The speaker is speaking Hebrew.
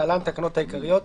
(להלן - התקנות העיקריות),